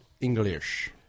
English